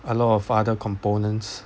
a lot of other components